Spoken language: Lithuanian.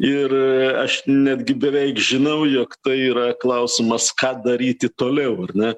ir aš netgi beveik žinau jog tai yra klausimas ką daryti toliau ar ne